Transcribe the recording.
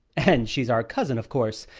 and she's our cousin, of course.